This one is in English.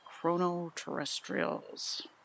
Chrono-Terrestrials